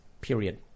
Period